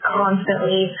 constantly